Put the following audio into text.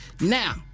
Now